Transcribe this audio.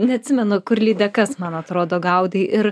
neatsimenu kur lydekas man atrodo gaudai ir